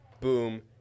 boom